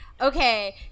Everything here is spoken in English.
okay